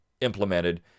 implemented